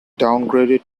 downgraded